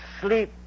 Sleep